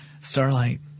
Starlight